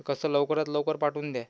कसं लवकरात लवकर पाठवून द्या